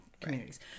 communities